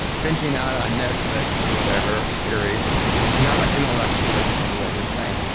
ah binging out on netflix or whatever series is not an intellectually stimulating thing